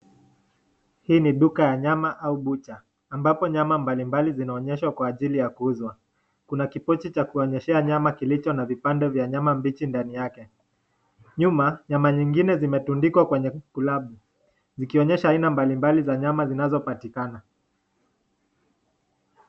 Hii ni duka ya nyama au bucha ambapo nyama mbalimbali zinaonyeshwa kwa ajili ya kuuzwa Kuna kipochi kinachoonyeshea nyama kilicho na vipande vya nyama kilicho ndani, nyuma nyama zingine zimetundikwa kwenye klabu zikionyesha aina mbalimbali ya nyama zinazopatikana.